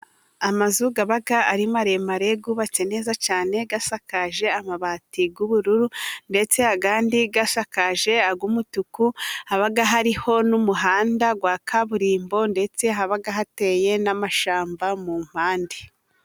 Amazu aba ari maremare yubatse neza cyane asakaje amabati y'ubururu ndetse andi asakaje ay'umutuku, haba hariho n'umuhanda wa kaburimbo ndetse haba hateye n'amashyamba mu mpande.